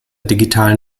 digitalen